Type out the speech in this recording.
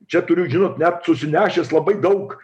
čia turiu žinot net susinešęs labai daug